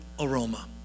aroma